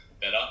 better